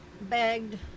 begged